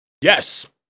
Yes